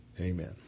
Amen